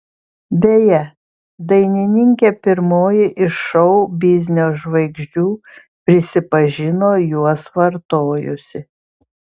beje dainininkė pirmoji iš šou biznio žvaigždžių prisipažino juos vartojusi